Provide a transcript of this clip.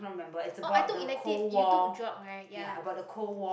oh i took elective you took geog right